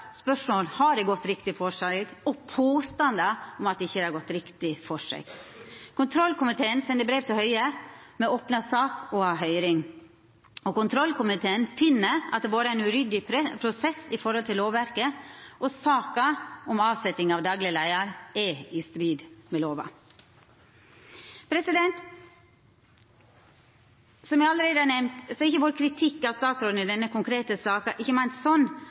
spørsmål om dette har gått riktig føre seg og påstandar om at det ikkje har gjort det. Kontrollkomiteen sender brev til Høie, me opnar sak og har høyring. Kontrollkomiteen finn at det har vore ein uryddig prosess i forhold til lovverket, og at saka om avsetjing av dagleg leiar er i strid med lova. Som eg allereie har nemnt, er vår kritikk av statsråden i denne konkrete saka ikkje meint